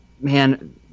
man